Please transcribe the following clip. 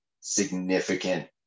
significant